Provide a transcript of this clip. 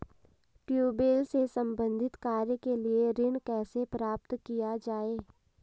Tubewell से संबंधित कार्य के लिए ऋण कैसे प्राप्त किया जाए?